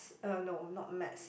uh no not Maths